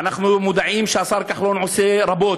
ואנחנו מודעים לכך שהשר כחלון עושה רבות.